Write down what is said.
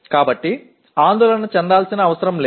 కాబట్టి ఆందోళన చెందాల్సిన అవసరం లేదు